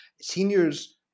Seniors